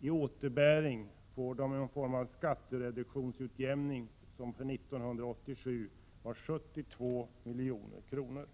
I återbäring får kommunen en skattereduktion i form av skatteutjämning som för år 1987 uppgick till 72 milj.kr.